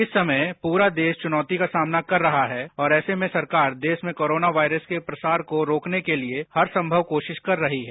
इस समय पूरा देश चुनौती का सामना कर रहा है और ऐसे में सरकार देश में कोरोना वायरस के प्रसार को रोकने के लिए हर संमव कोशिश कर रही है